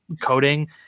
coding